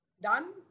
done